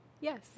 yes